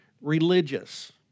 religious